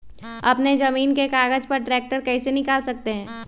अपने जमीन के कागज पर ट्रैक्टर कैसे निकाल सकते है?